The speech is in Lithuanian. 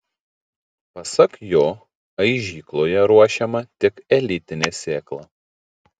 pasak jo aižykloje ruošiama tik elitinė sėkla